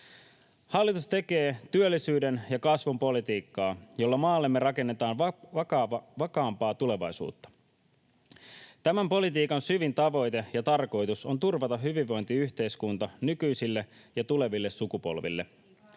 Hallitus tekee työllisyyden ja kasvun politiikkaa, jolla maallemme rakennetaan vakaampaa tulevaisuutta. Tämän politiikan syvin tavoite ja tarkoitus on turvata hyvinvointiyhteiskunta nykyisille ja tuleville sukupolville.